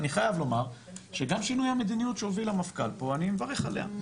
אני חייב לומר שגם שינוי המדיניות שהוביל המפכ"ל פה אני מברך עליה,